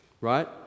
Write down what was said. Right